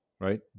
right